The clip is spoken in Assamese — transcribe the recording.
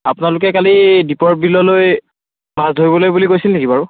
আপোনালোকে কালি দীপৰ বিললৈ মাছ ধৰিবলৈ বুলি গৈছিল নেকি বাৰু